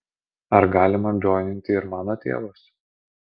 ar galima džoininti ir mano tėvus